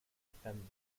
depends